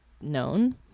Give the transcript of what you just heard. known